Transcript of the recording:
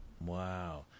Wow